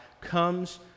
comes